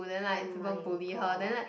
oh-my-god